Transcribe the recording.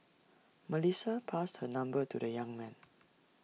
Melissa passed her number to the young man